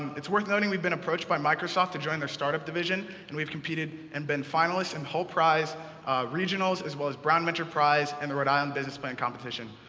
it's worth noting we've been approached by microsoft to join their startup division, and we've competed and been finalists and hult prize regionals, as well as brown mentor prize and the rhode island business plan competition.